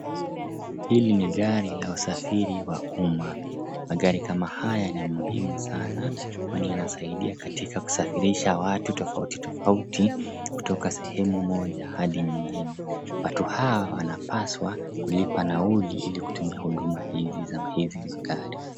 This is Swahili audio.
Hili ni gari la usafiri wa umma. Magari kama haya ni muhimu sana, kwani yanasaidia katika kusafirisha watu tofauti tofauti kutoka sehemu moja hadi nyingine. Watu hawa wanapaswa kulipa nauli ili kutumia huduma hizi za magari.